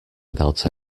without